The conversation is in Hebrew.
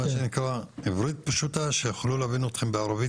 מקצועית, שיכולה לזכות בחלק